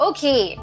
Okay